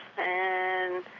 and,